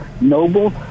noble